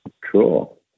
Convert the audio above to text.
Cool